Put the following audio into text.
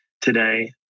today